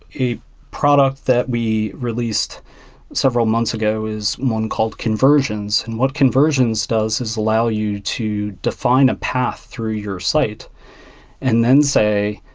a product that we released several months ago is one called conversions. and what conversions does is allow you to define a path through your site and then say,